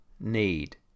need